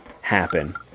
happen